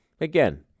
again